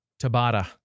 Tabata